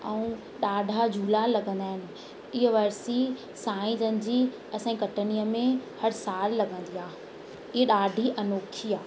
ऐं ॾाढा झूला लॻंदा आहिनि इहा वरसी साईं जन जी असांजी कटनीअ में हर साल लॻंदी आहे इहा ॾाढी अनोखी आहे